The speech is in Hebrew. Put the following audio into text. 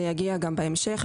זה יגיע גם בהמשך.